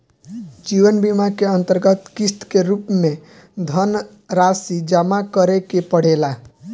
जीवन बीमा के अंतरगत किस्त के रूप में धनरासि जमा करे के पड़ेला